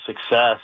success